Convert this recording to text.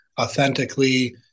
authentically